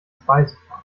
speiseplan